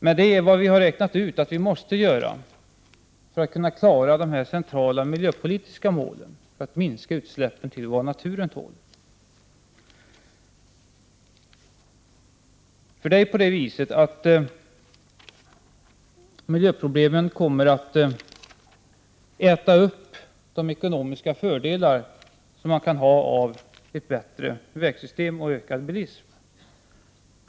Men vi har räknat ut att detta är vad vi måste göra för att kunna klara det centrala miljöpolitiska målet att minska utsläppen till vad naturen tål. Miljöproblemen kommer att äta upp de ekonomiska fördelar som man kan ha av ett bättre vägsystem och ökad bilism.